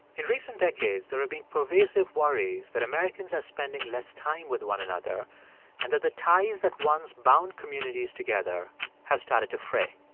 in recent decades, there have been pervasive worries that americans are spending less time with one another and that the ties that once bound communities together have started to fray.